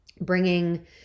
bringing